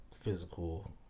physical